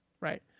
Right